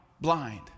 blind